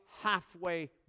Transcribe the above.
halfway